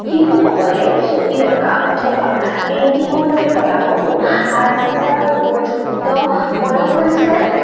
শিশুসকলে ছবি অঁকা অথবা পেইন্টিঙৰ দৰে কলাসমূহ আৰম্ভ কৰাৰ উপযুক্ত বয়স হৈছে